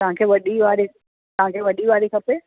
तव्हां खे वॾी वारी तव्हां खे वॾी वारी खपे